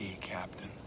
Captain